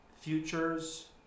Futures